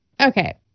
okay